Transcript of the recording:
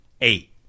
Eight